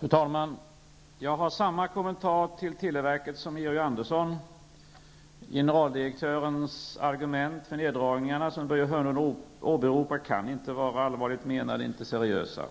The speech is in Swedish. Fru talman! Jag har samma kommentar beträffande televerket som Georg Andersson. Generaldirektörens argument för de neddragningar som Börje Hörnlund åberopar kan inte vara vare sig allvarligt menade eller seriösa.